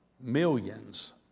millions